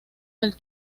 del